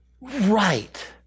right